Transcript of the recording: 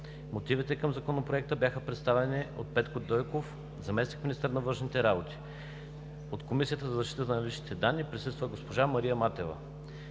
Мотивите към Законопроекта бяха представени от Петко Дойков – заместник-министър на външните работи. От Комисията за защита на личните данни присъства госпожа Мария Матева.